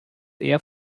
eher